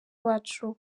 wacu